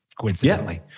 coincidentally